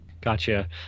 Gotcha